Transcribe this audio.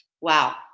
Wow